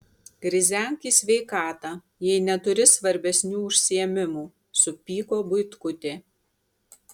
krizenk į sveikatą jei neturi svarbesnių užsiėmimų supyko buitkutė